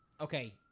Okay